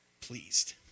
pleased